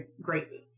greatly